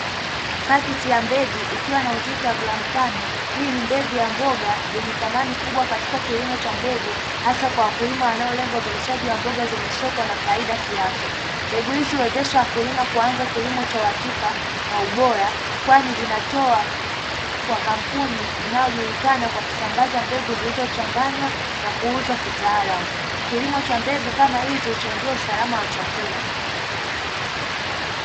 Pakiti ya mbegu ikiwa na uzito wa gramu tano, hii ni mbegu ya mboga yenye thamani kubwa katika kilimo cha mbegu, hasa kwa wakulima wanaolenga uzalishaji wa mboga zenye soko na faida kiafya. Mbegu hizi huwezesha wakulima kuanza kilimo cha uhakika na ubora, kwani zinatoa kwa kampuni inayojulikana kwa kusambaza mbegu zilizochanganywa na kuuzwa kitaalamu. Kilimo cha mbegu kama hizi huchangia usalama wa chakula.